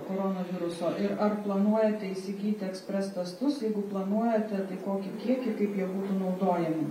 koronaviruso ir ar planuojate įsigyti ekspres testus jeigu planuojate tai kokį kiekį kaip jie būtų naudojami